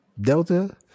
Delta